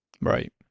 Right